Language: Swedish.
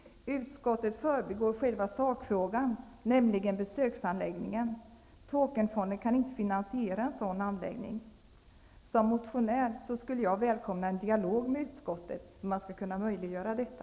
Utskottet förbigår själva sakfrågan, nämligen besöksanläggningen. Tåkernfonden kan inte finansiera en sådan anläggning. Som motionär skulle jag välkomna en dialog med utskottet om hur man skall kunna möjliggöra detta.